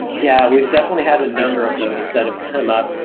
yeah. we've definitely had a number of those that have come up.